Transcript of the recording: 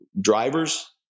drivers